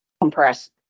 compressed